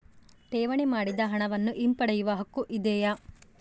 ಠೇವಣಿ ಮಾಡಿದ ಹಣವನ್ನು ಹಿಂಪಡೆಯವ ಹಕ್ಕು ಇದೆಯಾ?